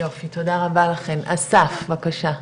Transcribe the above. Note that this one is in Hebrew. יופי, תודה רבה לכם, אסף בבקשה.